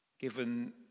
given